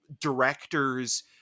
directors